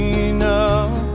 enough